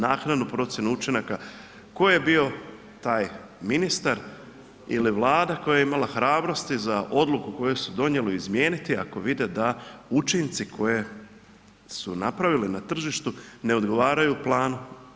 Naknadu procjenu učinaka, tko je bio taj ministar ili Vlada koja je imala hrabrosti za odluku koju su donijeli izmijeniti ako vide da učinci koje su napravili na tržištu ne odgovaraju planu.